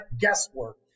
guesswork